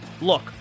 Look